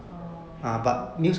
orh